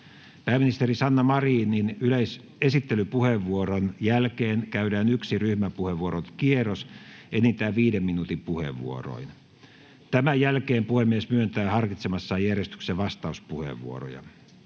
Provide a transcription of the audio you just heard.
Pääministeri Sanna Marinin esittelypuheenvuoron jälkeen käydään yksi ryhmäpuheenvuorokierros enintään 5 minuutin puheenvuoroin. Tämän jälkeen puhemies myöntää harkitsemassaan järjestyksessä vastauspuheenvuoroja.